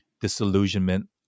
disillusionment